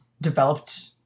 developed